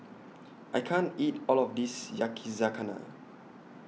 I can't eat All of This Yakizakana